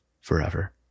forever